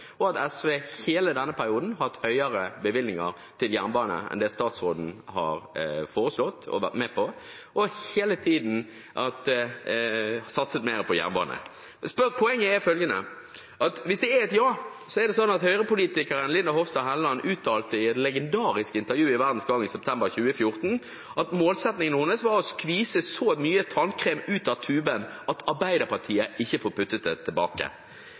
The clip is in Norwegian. og at SV hele denne perioden har hatt høyere bevilgninger til jernbane enn statsråden har foreslått og vært med på, og hele tiden har satset mer på jernbane. Poenget er følgende: Hvis det er et ja, uttalte Høyre-politikeren Linda C. Hofstad Helleland i et legendarisk intervju i Verdens Gang i september 2014 at målsettingen hennes var å skvise så mye tannkrem ut av tuben at Arbeiderpartiet ikke fikk puttet den tilbake.